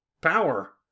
power